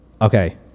Okay